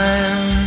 Time